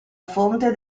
fonte